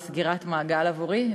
זו סגירת מעגל עבורי.